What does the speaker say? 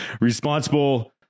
responsible